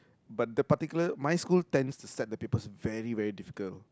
but the particular my school tends to set the papers very very difficult